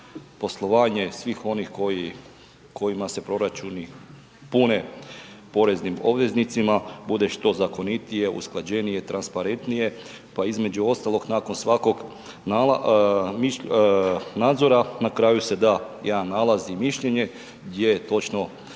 poslovanje svih onih kojima se proračuni pune poreznim obveznicima, bude što zakonitije, usklađenije, transparentnije, pa između ostalog, nakon svakog nadzora, na kraju se da jedan nalaz i mišljenje gdje točno